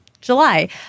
July